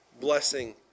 blessing